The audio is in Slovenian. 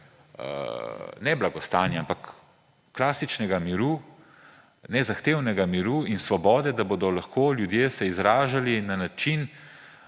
ne blagostanja, ampak klasičnega miru, nezahtevnega miru in svobode, da se bodo lahko ljudje izražali in na način,